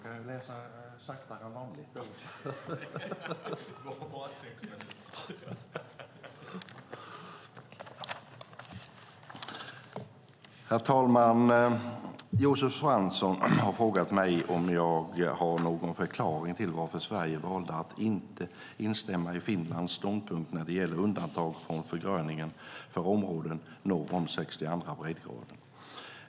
Herr talman! Josef Fransson har frågat mig om jag har någon förklaring till att Sverige valde att inte instämma i Finlands ståndpunkt när det gäller undantag från förgröningen för områden norr om 62:a breddgraden.